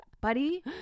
buddy